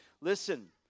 Listen